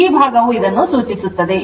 ಈ ಭಾಗವು ಇದನ್ನುಸೂಚಿಸುತ್ತದೆ